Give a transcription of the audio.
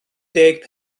deg